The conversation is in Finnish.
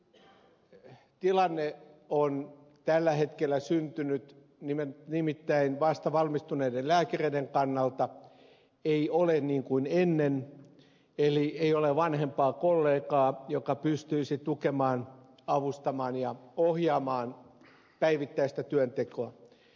uusi tilanne on tällä hetkellä syntynyt kun nimittäin vastavalmistuneiden lääkäreiden kannalta ei ole niin kuin ennen eli ei ole vanhempaa kollegaa joka pystyisi tukemaan avustamaan ja ohjaamaan päivittäistä työntekoa